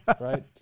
right